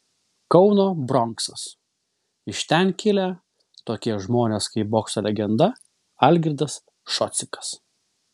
kauno bronksas iš ten kilę tokie žmonės kaip bokso legenda algirdas šocikas